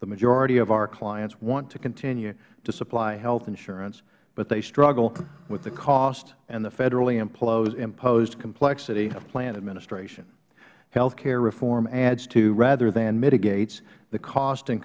the majority of our clients want to continue to supply health insurance but they struggle with the cost and the federally imposed complexity of plan administration health care reform adds to rather than mitigates the cost